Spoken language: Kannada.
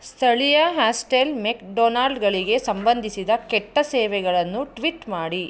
ಸ್ಥಳೀಯ ಹಾಸ್ಟೆಲ್ ಮೆಕ್ಡೊನಾಲ್ಡ್ಗಳಿಗೆ ಸಂಬಂಧಿಸಿದ ಕೆಟ್ಟ ಸೇವೆಗಳನ್ನು ಟ್ವಿಟ್ ಮಾಡಿ